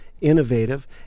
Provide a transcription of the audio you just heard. innovative